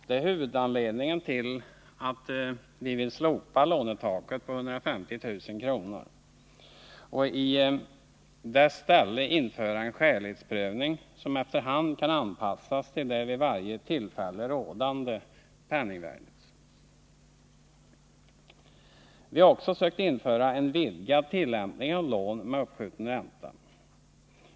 Det är huvudanledningen till att vi vill slopa lånetaket på 150 000 kr. och i stället införa en skälighetsprövning som efter hand kan anpassas till det vid varje tillfälle rådande penningvärdet. Vi har också sökt införa en vidgad tillämpning av lån med uppskjuten ränta.